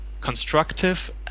constructive